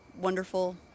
wonderful